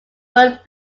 but